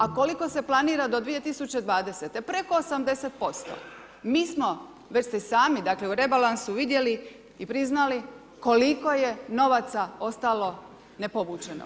A koliko se planira do 2020. preko 80% mi smo već ste sami dakle u rebalansu vidjeli i priznali koliko je novaca ostalo ne povučeno.